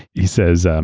he says um